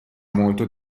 molto